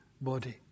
body